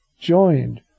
joined